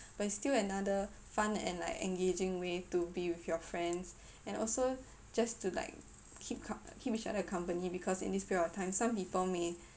but it's still another fun and like engaging way to be with your friends and also just to like keep com~ keep each other accompany because in this period of time some people may